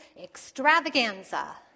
Extravaganza